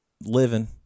living